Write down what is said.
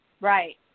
Right